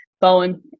Bowen